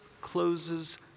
closes